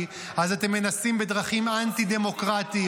אז אתם מנסים בדרכים אנטי-דמוקרטיות,